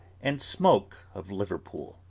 and smoke, of liverpool.